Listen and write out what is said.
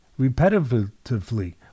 Repetitively